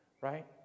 Right